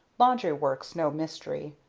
laundry work's no mystery.